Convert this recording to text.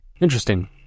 Interesting